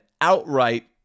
outright